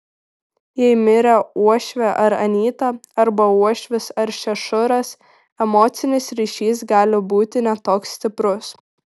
jei mirė uošvė ar anyta arba uošvis ar šešuras emocinis ryšys gali būti ne toks stiprus